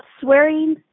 swearing